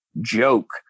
joke